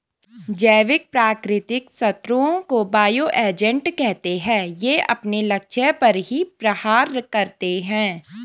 जैविक प्राकृतिक शत्रुओं को बायो एजेंट कहते है ये अपने लक्ष्य पर ही प्रहार करते है